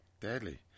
Deadly